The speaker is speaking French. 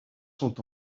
sont